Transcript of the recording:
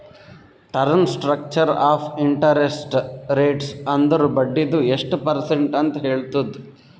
term structure of interest rates ಅಂದುರ್ ಬಡ್ಡಿದು ಎಸ್ಟ್ ಪರ್ಸೆಂಟ್ ಅಂತ್ ಹೇಳ್ತುದ್